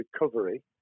recovery